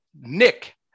Nick